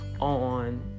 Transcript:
on